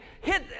hit